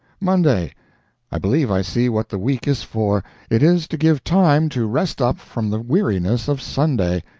monday i believe i see what the week is for it is to give time to rest up from the weariness of sunday.